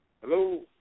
Hello